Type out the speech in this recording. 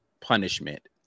punishment